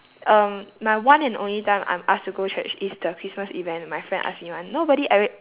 um my one and only time I'm asked to go church is the christmas event my friend ask me [one] nobody ever